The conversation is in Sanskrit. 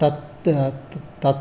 तत् तत्